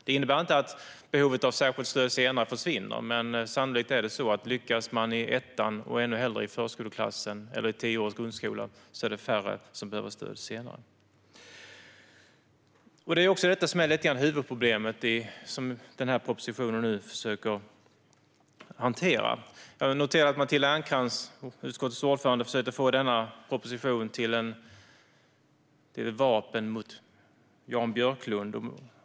Det innebär inte att behovet av särskilt stöd senare försvinner, men sannolikt är det så att om vi lyckas ge stöd i ettan, ännu hellre i förskoleklassen eller under den tioåriga grundskolan behöver färre stöd senare. Denna proposition försöker nu hantera detta huvudproblem. Jag noterar att Matilda Ernkrans, utskottets ordförande, försökte använda propositionen som ett vapen mot Jan Björklund.